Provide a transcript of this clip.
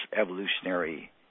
evolutionary